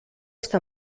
está